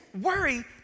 worry